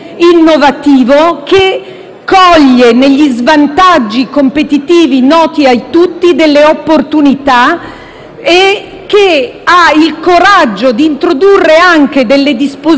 che cogliesse negli svantaggi competitivi noti a tutti delle opportunità e che avesse il coraggio di introdurre anche delle disposizioni in deroga,